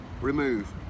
remove